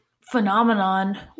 phenomenon